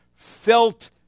Felt